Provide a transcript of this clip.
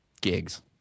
gigs